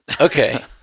Okay